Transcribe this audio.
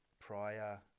prior